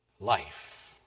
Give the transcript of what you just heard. life